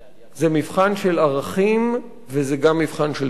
זה מבחן של ערכים, וזה גם מבחן של תבונה.